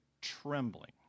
trembling